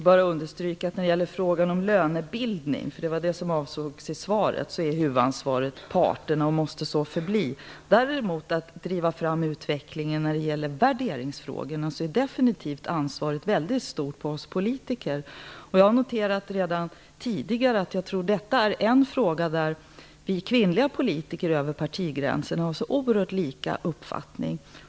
Fru talman! I fråga om lönebildning - vilket avsågs i svaret - har parterna huvudansvaret, vilket måste så förbli. Däremot i fråga om att driva fram utvecklingen i värderingsfrågorna ligger definitivt ansvaret på oss politiker. Jag har redan noterat tidigare att detta är en fråga där vi kvinnliga politiker över partigränserna har oerhört lika uppfattning.